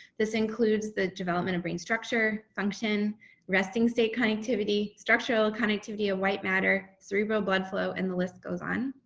this includes the development of brain structure function resting state conductivity structural kind of activity and white matter cerebral blood flow and the list goes on.